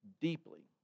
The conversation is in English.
deeply